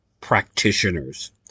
practitioners